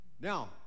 Now